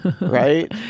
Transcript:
Right